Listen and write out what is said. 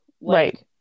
Right